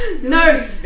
no